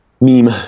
meme